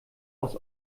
aus